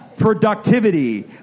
productivity